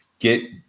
get